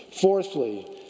Fourthly